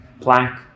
plank